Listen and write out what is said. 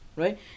Right